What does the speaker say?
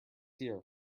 year